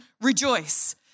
rejoice